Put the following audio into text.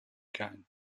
cone